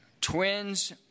twins